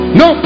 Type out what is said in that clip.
no